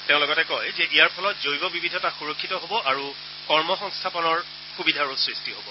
তেওঁ লগতে কয় যে ইয়াৰ ফলত জৈৱ বিবিধতা সুৰক্ষিত হ'ব আৰু কৰ্মসংস্থাপনৰ সুবিধাৰো সৃষ্টি হ'ব